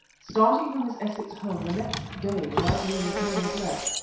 starting from his essex home the next day without leaving any address.